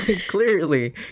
Clearly